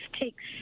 takes